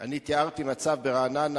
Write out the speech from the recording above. אני תיארתי מצב שניסיתי ברעננה